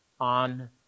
on